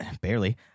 Barely